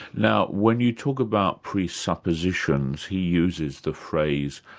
now when you talk about presuppositions, he uses the phrase,